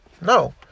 No